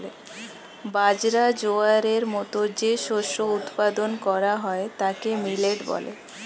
বাজরা, জোয়ারের মতো যে শস্য উৎপাদন করা হয় তাকে মিলেট বলে